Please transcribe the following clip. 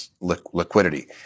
liquidity